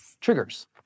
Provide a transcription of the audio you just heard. triggers